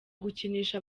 gukinisha